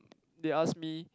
they asked me